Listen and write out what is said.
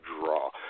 draw